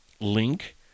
Link